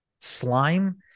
slime